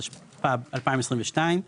התשפ"ב-2022,